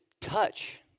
touch